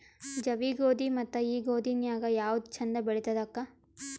ಜವಿ ಗೋಧಿ ಮತ್ತ ಈ ಗೋಧಿ ನ್ಯಾಗ ಯಾವ್ದು ಛಂದ ಬೆಳಿತದ ಅಕ್ಕಾ?